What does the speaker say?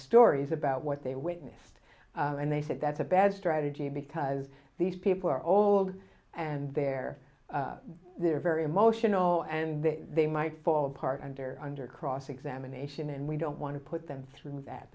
stories about what they witnessed and they said that's a bad strategy because these people are old and they're they're very emotional and they might fall apart under under cross examination and we don't want to put them through that